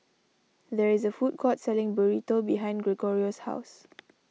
there is a food court selling Burrito behind Gregorio's house